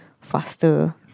Faster